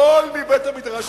הכול מבית-המדרש שלכם.